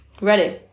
ready